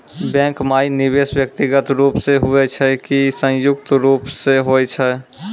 Bank माई निवेश व्यक्तिगत रूप से हुए छै की संयुक्त रूप से होय छै?